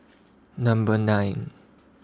Number nine